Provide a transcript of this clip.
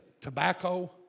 tobacco